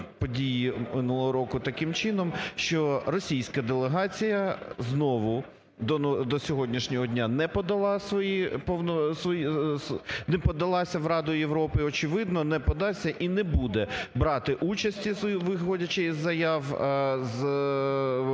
події минулого року таким чином, що російська делегація знову до сьогоднішнього дня не подалася в Раду Європу, очевидно, не подасться і не буде брати участі, виходячи з заяв